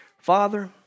Father